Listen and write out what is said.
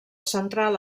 central